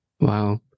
Wow